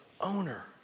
owner